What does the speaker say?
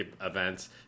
events